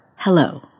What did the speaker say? hello